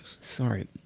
sorry